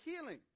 healing